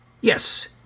Yes